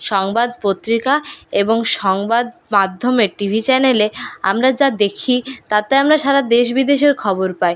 সংবাদ পত্রিকা এবং সংবাদ মাধ্যমে টিভি চ্যানেলে আমরা যা দেখি তাতে আমরা সারা দেশ বিদেশের খবর পাই